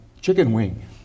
chicken-wing